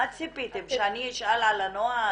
מה ציפיתם, שאני אשאל על הנוהל?